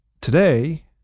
today